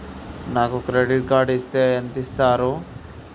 నాకు credit card ఇస్తే ఎంత ఇస్తరు?